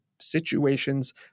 situations